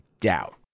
doubt